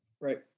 right